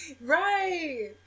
Right